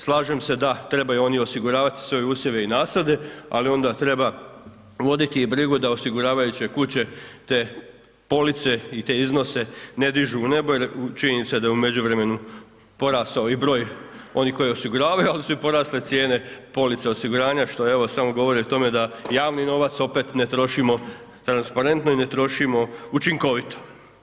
Slažem se da trebaju oni osiguravati svoje usjeve i nasade, ali onda treba voditi i brigu da osiguravajuće kuće te police i te iznose ne dižu u nebo jer činjenica da je u međuvremenu porastao i broj onih koji osiguravaju, ali su i porasle cijene polica osiguranja što evo, samo govori o tome da jasni novac opet ne trošimo transparentno i ne trošimo učinkovito.